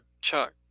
Chuck